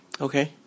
Okay